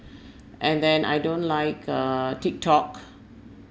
and then I don't like uh Tiktok